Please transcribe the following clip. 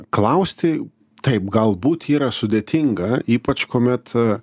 klausti taip galbūt yra sudėtinga ypač kuomet